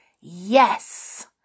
Yes